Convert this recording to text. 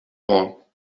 all